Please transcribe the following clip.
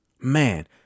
man